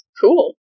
Cool